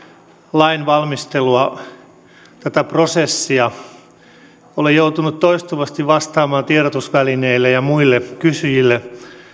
lainvalmistelua tätä prosessia olen joutunut toistuvasti vastaamaan tiedotusvälineille ja muille kysyjille